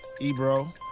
Ebro